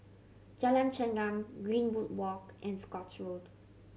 Jalan Chengam Greenwood Walk and Scotts Road